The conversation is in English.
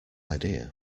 idea